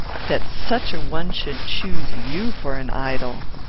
that such a one should choose you for an idol!